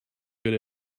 good